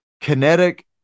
kinetic